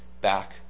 back